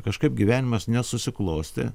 kažkaip gyvenimas nesusiklostė